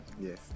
Yes